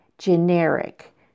generic